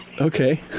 Okay